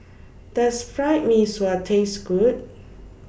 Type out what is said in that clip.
Does Fried Mee Sua Taste Good